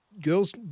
Girls